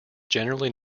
generally